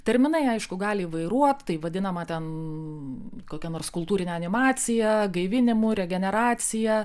terminai aišku gali įvairuot tai vadinama ten kokia nors kultūrine animacija gaivinimu regeneracija